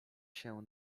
się